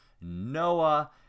Noah